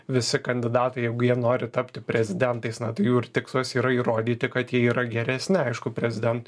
visi kandidatai jeigu jie nori tapti prezidentais na jų ir tikslas yra įrodyti kad jie yra geresni aišku prezident